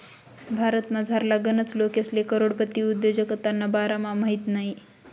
भारतमझारला गनच लोकेसले करोडपती उद्योजकताना बारामा माहित नयी